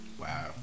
Wow